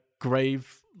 grave